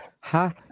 ha